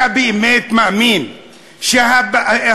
אתה באמת מאמין שהורים,